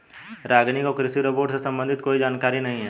रागिनी को कृषि रोबोट से संबंधित कोई जानकारी नहीं है